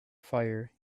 fire